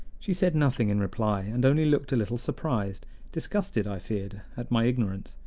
she said nothing in reply, and only looked a little surprised disgusted, i feared at my ignorance,